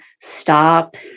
stop